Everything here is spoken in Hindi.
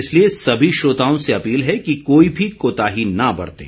इसलिए सभी श्रोताओं से अपील है कि कोई भी कोताही न बरतें